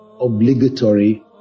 obligatory